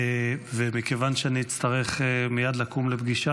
מכיוון שאני אצטרך מייד לקום לפגישה,